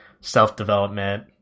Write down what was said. self-development